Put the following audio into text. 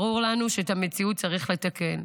ברור לנו שאת המציאות צריך לתקן.